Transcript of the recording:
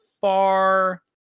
far